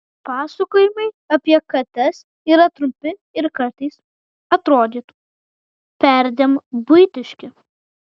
pasakojimai apie kates yra trumpi ir kartais atrodytų perdėm buitiški